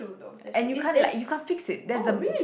and you can't like you can't fix it there's the